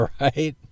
right